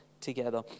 together